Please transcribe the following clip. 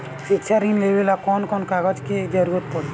शिक्षा ऋण लेवेला कौन कौन कागज के जरुरत पड़ी?